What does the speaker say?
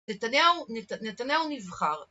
נתניהו, נתניהו נבחר